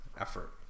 effort